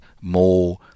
more